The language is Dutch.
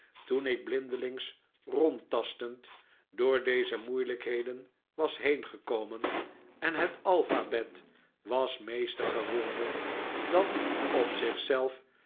toen ik blindelings rondtastend door deze moeilijkheden was heengekomen en het alphabet was meester geworden dat op